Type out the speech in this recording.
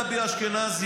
גבי אשכנזי,